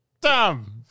Dumb